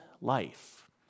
life